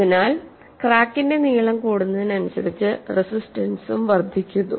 അതിനാൽ ക്രാക്കിന്റെ നീളം കൂടുന്നതിനനുസരിച്ച് റെസിസ്റ്റൻസും വർദ്ധിക്കുന്നു